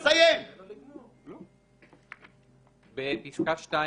בפסקה 2,